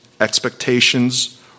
expectations